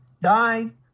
died